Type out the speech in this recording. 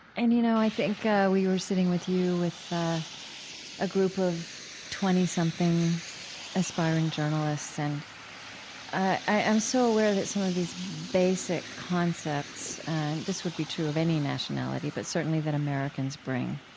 and you know i think we were sitting with you with a group of twenty something aspiring journalists and i'm so aware that some of these basic concepts and this would be true of any nationality, but certainly that americans bring